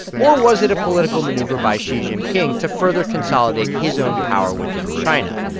or was it a political maneuver by xi jinping to further consolidate his own power within china?